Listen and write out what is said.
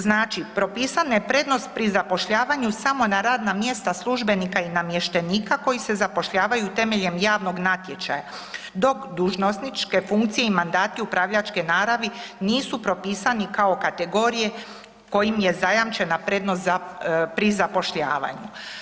Znači, propisana je prednost pri zapošljavanju samo na radna mjesta službenika i namještenika koji se zapošljavaju temeljem javnog natječaja dok dužnosničke funkcije i mandati upravljačke naravi nisu propisani kao kategorije kojim je zajamčena prednost za, pri zapošljavanju.